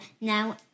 Now